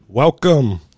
Welcome